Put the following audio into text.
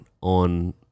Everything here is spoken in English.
on